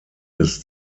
des